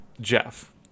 Jeff